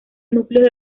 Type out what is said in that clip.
núcleos